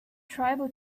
tribal